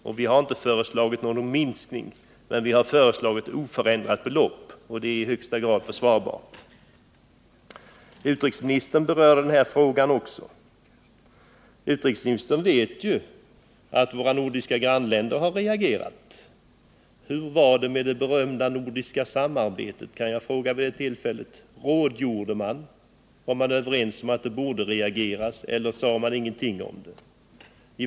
Vi har alltså inte föreslagit någon minskning utan ett oförändrat belopp, vilket är i högsta grad försvarbart. Utrikesministern berör också denna fråga. Utrikesministern vet att våra nordiska grannländer har reagerat. Hur var det med det berömda nordiska samarbetet? Rådgjorde man? Var man överens om att det borde reageras eller sade man ingenting om detta?